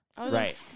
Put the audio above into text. right